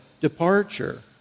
departure